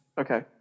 okay